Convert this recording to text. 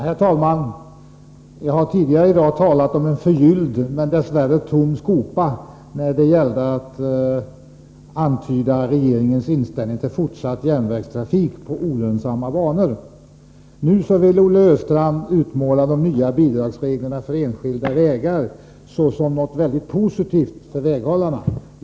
Herr talman! Jag har tidigare i dag talat om en förgylld men dess värre tom skopa när det gällde att antyda regeringens inställning till fortsätt järnvägsdrift på olönsamma banor. Nu vill Olle Östrand utmåla de nya bidragsreglerna för enskilda vägar såsom något mycket positivt för väghållarna.